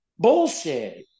Bullshit